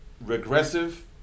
regressive